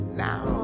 now